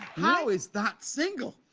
ah is that single?